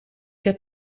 heb